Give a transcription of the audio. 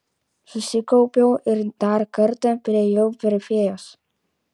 susikaupiau ir dar kartą priėjau prie fėjos